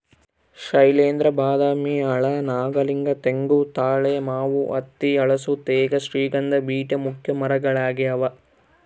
ಶೈಲೇಂದ್ರ ಬಾದಾಮಿ ಆಲ ನಾಗಲಿಂಗ ತೆಂಗು ತಾಳೆ ಮಾವು ಹತ್ತಿ ಹಲಸು ತೇಗ ಶ್ರೀಗಂಧ ಬೀಟೆ ಮುಖ್ಯ ಮರಗಳಾಗ್ಯಾವ